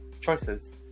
Choices